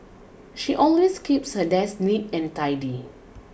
she always keeps her desk neat and tidy